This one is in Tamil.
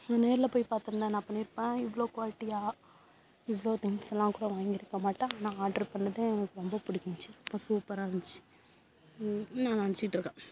நேரில் போய் பார்த்துருந்தா என்ன பண்ணியிருப்பேன் இவ்வளோ குவாலிட்டியாக இவ்வளோ திங்க்ஸெல்லாம் கூட வாங்கியிருக்க மாட்டேன் ஆனால் ஆர்ட்ரு பண்ணிணது எனக்கு ரொம்ப பிடிச்சிருந்துச்சி ரொம்ப சூப்பராக இருந்துச்சு நான் நினச்சிட்ருக்கேன்